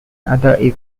other